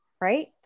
right